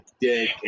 dick